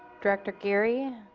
director geary